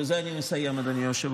בזה אני מסיים, אדוני היושב-ראש.